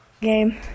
Game